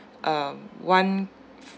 um one